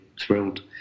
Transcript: thrilled